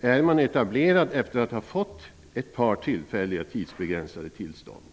Är man etablerad efter att ha fått ett par tillfälliga tidsbegränsade tillstånd?